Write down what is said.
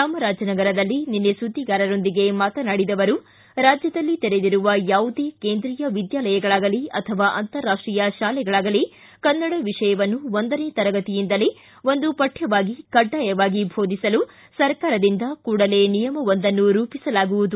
ಚಾಮರಾಜನಗರದಲ್ಲಿ ನಿನ್ನೆ ಸುದ್ದಿಗಾರರೊಂದಿಗೆ ಮಾತನಾಡಿದ ಅವರು ರಾಜ್ಯದಲ್ಲಿ ತೆರೆದಿರುವ ಯಾವುದೇ ಕೇಂದ್ರಿಯ ವಿದ್ಯಾಲಯಗಳಾಗಲಿ ಅಥವಾ ಅಂತರಾಷ್ಷೀಯ ಶಾಲೆಗಳಾಗಲಿ ಕನ್ನಡ ವಿಷಯವನ್ನು ಒಂದನೇ ತರಗತಿಯಿಂದಲೇ ಒಂದು ಪಠ್ಠವಾಗಿ ಕಡ್ಡಾಯವಾಗಿ ಭೋದಿಸಲು ಸರ್ಕಾರದಿಂದ ಕೂಡಲೇ ನಿಯಮವೊಂದನ್ನು ರೂಪಿಸಲಾಗುವುದು